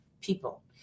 people